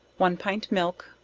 one pint milk,